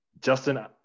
Justin